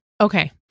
Okay